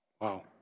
Wow